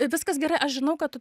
viskas gerai aš žinau kad tu